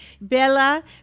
bella